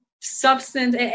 substance